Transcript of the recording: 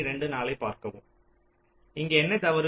இங்கே என்ன தவறு